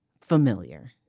familiar